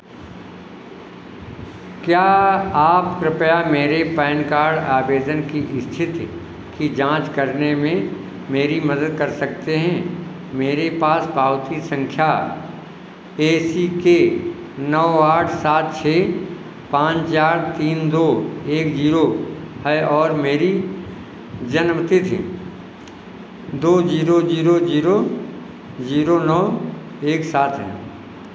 क्या आप कृपया मेरे पैन कार्ड आवेदन की स्थिति की जाँच करने में मेरी मदद कर सकते हैं मेरे पास पावती संख्या ए सी के नौ आठ सात छः पाँच चार तीन दो एक जीरो है और मेरी जन्मतिथि दो जीरो जीरो जीरो जीरो नौ एक सात है